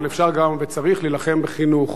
אבל אפשר גם וצריך להילחם בחינוך.